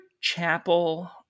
Chapel